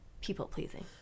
people-pleasing